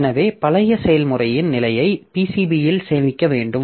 எனவே பழைய செயல்முறையின் நிலையை PCBயில் சேமிக்க வேண்டும்